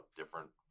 different